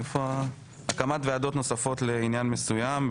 הקמת ועדות נוספות לעניין מסוים,